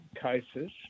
cases